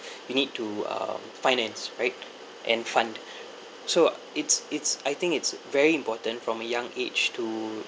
you need to uh finance right and fund so it's it's I think it's very important from a young age to